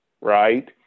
Right